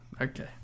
Okay